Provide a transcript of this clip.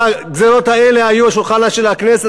הגזירות האלה היו על שולחנה של הכנסת,